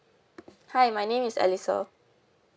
hi my name is alisa